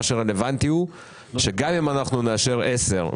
גם אם נאשר עשר,